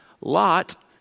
Lot